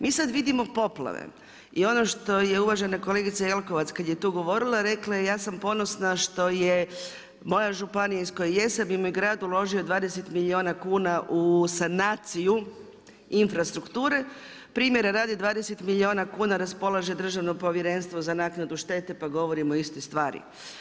Mi sad vidimo poplave i ono što je uvažena kolega Jelkovac kad je tu govorila, rekla je ja sam ponosna što je moja županija iz koje jesam im je grad uložio 20 milijuna kuna u sanaciju infrastrukture, primjera radi 20 milijuna kuna raspolaže Državno povjerenstvo za naknadu štete, pa govorimo o istoj stvari.